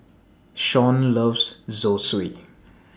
Shaun loves Zosui